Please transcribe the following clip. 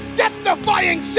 death-defying